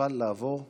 נוכל לעבור להצבעה.